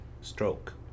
stroke